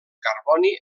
carboni